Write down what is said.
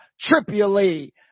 Tripoli